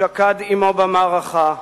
שקד עמו במערכה רעו,